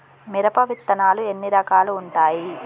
మిరప విత్తనాలు ఎన్ని రకాలు ఉంటాయి?